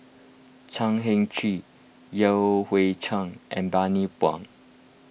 Chan Heng Chee Yan Hui Chang and Bani Buang